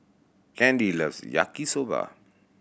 Candy loves Yaki Soba